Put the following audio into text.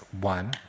One